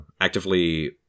actively